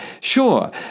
Sure